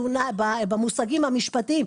תאונה במושגים המשפטיים,